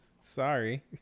Sorry